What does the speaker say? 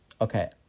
okay